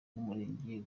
n’umurenge